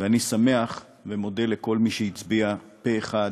ואני שמח ומודה לכל מי שהצביעו פה אחד